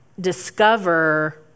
discover